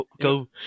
go